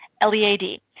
L-E-A-D